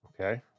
okay